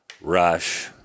Rush